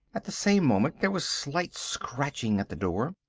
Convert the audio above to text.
at the same moment there was slight scratching at the door.